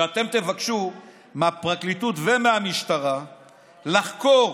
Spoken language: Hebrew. שתבקשו מהפרקליטות ומהמשטרה לחקור